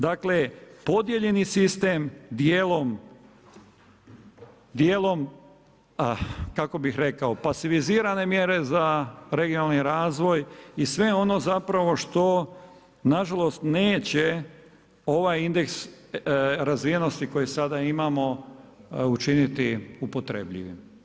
Dakle podijeljeni sistem dijelom kako bih rekao, pasivizirane mjere za regionalni razvoj i sve ono što nažalost neće ovaj indeks razvijenosti koji sada imamo učiniti upotrebljivim.